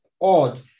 odd